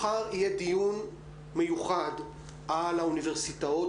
מחר יהיה דיון מיוחד על האוניברסיטאות,